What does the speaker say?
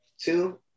Two